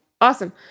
awesome